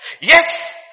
Yes